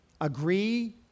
agree